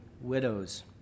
widows